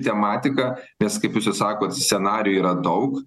tematika nes kaip jūs ir sakot scenarijų yra daug